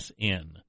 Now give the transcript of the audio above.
SN